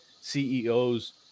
CEOs